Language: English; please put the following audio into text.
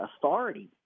authority